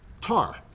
tar